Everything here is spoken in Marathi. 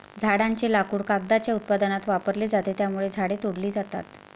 झाडांचे लाकूड कागदाच्या उत्पादनात वापरले जाते, त्यामुळे झाडे तोडली जातात